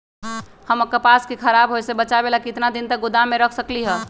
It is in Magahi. हम कपास के खराब होए से बचाबे ला कितना दिन तक गोदाम में रख सकली ह?